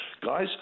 guys